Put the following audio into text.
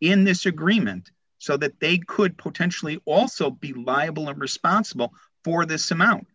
in this agreement so that they could potentially also be liable and responsible for this amount